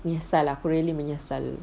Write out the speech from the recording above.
menyesal ah aku really menyesal